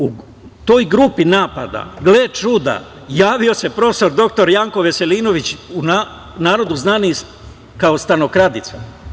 U toj grupi napada, gle čuda, javio se prof. dr Janko Veselinović, u narodu znani kao „stanokradica“